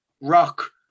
rock